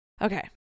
Okay